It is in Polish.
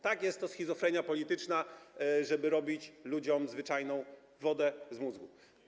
Tak, jest to schizofrenia polityczna, żeby robić ludziom zwyczajnie wodę z mózgu.